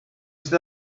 sydd